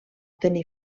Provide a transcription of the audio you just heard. tenir